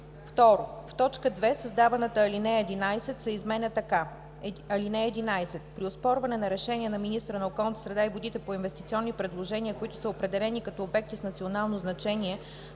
2. в т.2 създаваната ал. 11 се изменя така: „(11) При оспорване на решения на министъра на околната среда и водите по инвестиционни предложения, които са определени като обекти с национално значение